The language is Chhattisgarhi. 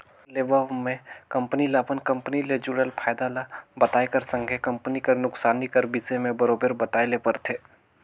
टर्म लोन कर लेवब में कंपनी ल अपन कंपनी ले जुड़ल फयदा ल बताए कर संघे कंपनी कर नोसकानी कर बिसे में बरोबेर बताए ले परथे